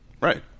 Right